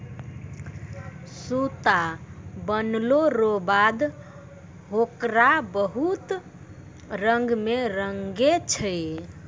सूता बनलो रो बाद होकरा बहुत रंग मे रंगै छै